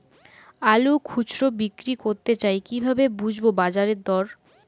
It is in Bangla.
আলু খুচরো বিক্রি করতে চাই কিভাবে বুঝবো বাজার দর?